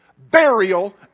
Burial